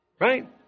Right